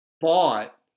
bought